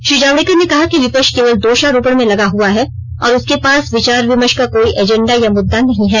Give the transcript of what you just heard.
श्री जावड़ेकर ने कहा कि विपक्ष केवल दोषारोपण में लगा हुआ है और उसके पास विचार विमर्श का कोई एजेंडा या मुद्दा नहीं है